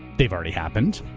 they've already happened.